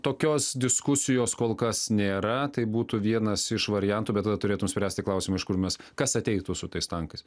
tokios diskusijos kol kas nėra tai būtų vienas iš variantų bet tada turėtum spręsti klausimą iš kur mes kas ateitų su tais tankais